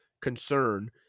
concern